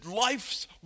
life's